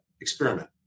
experiment